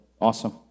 awesome